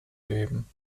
leben